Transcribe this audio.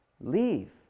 Leave